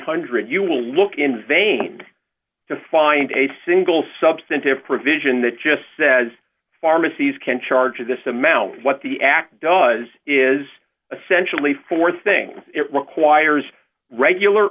dollars you will look in vain to find a single substantive provision that just says pharmacies can charge for this amount what the act does is essentially for thing it requires regular